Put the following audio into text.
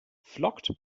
flockt